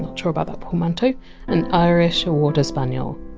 and sure about that portmanteau an irish water spaniel.